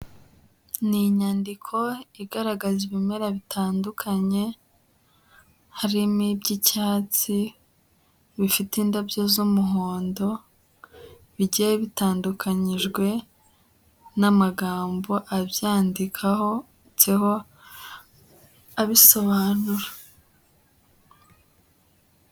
Ni inyandiko igaragaza ibimera bitandukanye, harimo ibyo icyatsi bifite indabyo z'umuhondo, bigiye bitandukanyijwe n'amagambo abyanditseho, abisobanura.